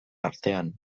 artean